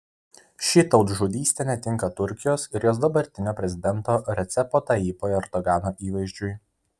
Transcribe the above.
ši tautžudystė netinka turkijos ir jos dabartinio prezidento recepo tayyipo erdogano įvaizdžiui